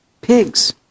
pigs